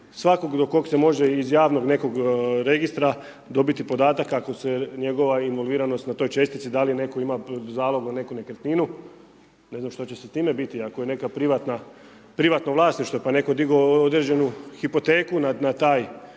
svakog do kog se može iz javnog nekog registra dobiti podatak ako se njegova involviranost na toj čestici, da li netko ima zalog na neku nekretninu, ne znam što će sa time biti. Ako je neka privatno vlasništvo, pa je netko digao određenu hipoteku na tu